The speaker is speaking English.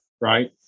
Right